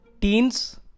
teens